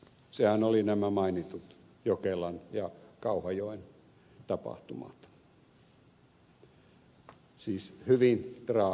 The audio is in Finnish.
sehän oli nämä mainitut jokelan ja kauhajoen tapahtumat siis hyvin traagiset tapahtumat